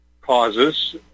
causes